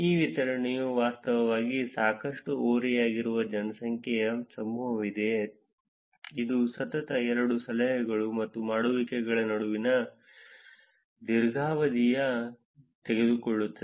ಈ ವಿತರಣೆಯು ವಾಸ್ತವವಾಗಿ ಸಾಕಷ್ಟು ಓರೆಯಾಗಿರುವ ಜನಸಂಖ್ಯೆಯ ಸಮೂಹವಿದೆ ಇದು ಸತತ ಎರಡು ಸಲಹೆಗಳು ಮತ್ತು ಮಾಡುವಿಕೆಗಳ ನಡುವೆ ದೀರ್ಘಾವಧಿಯನ್ನು ತೆಗೆದುಕೊಳ್ಳುತ್ತದೆ